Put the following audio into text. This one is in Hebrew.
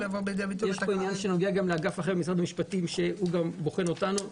יש כאן עניין שנוגע גם לאגף אחר במשרד המשפטים שבוחן אותנו.